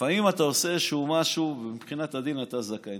לפעמים אתה עושה איזשהו משהו ומבחינת הדין אתה זכאי.